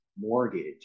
mortgage